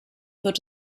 wird